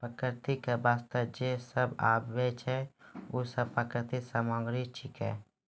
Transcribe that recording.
प्रकृति क वास्ते जे सब आबै छै, उ सब प्राकृतिक सामग्री छिकै